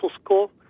school